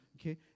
okay